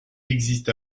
existe